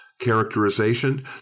characterization